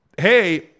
hey